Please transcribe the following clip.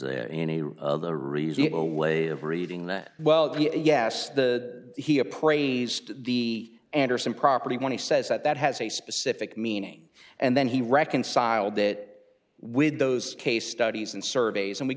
there any other reasonable way of reading that well yes the he appraised the anderson property when he says that that has a specific meaning and then he reconcile that with those case studies and surveys and we